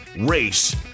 race